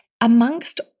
amongst